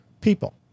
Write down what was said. People